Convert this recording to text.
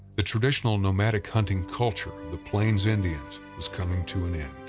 the traditional nomadic hunting culture the plains indians was coming to an end.